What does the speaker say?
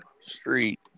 street